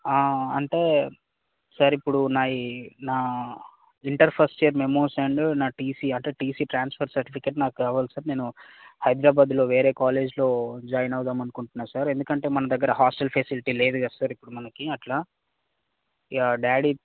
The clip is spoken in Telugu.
అంటే సార్ ఇప్పుడు నావి నా inter first year memos and నా టీసీ అంటే టీసీ ట్రాన్స్ఫర్ సర్టిఫికేట్ నాకు కావాలి సార్ నేను హైదరాబాద్లో వేరే కాలేజ్లో జాయిన్ అవుదాం అనుకుంటున్నాను సార్ ఎందుకంటే మన దగ్గర హాస్టల్ ఫెసిలిటీ లేదు కదా సార్ ఇప్పుడు మనకి అట్లా ఇక డాడీ